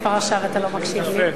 כבר עכשיו אתה לא מקשיב לי.